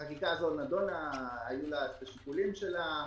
החקיקה הזו נדונה, היו לה השיקולים שלה.